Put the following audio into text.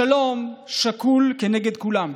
השלום שקול כנגד כולם.